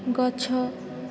ଗଛ